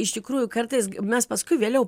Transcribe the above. iš tikrųjų kartais mes paskui vėliau